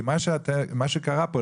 כי מה שקרה פה,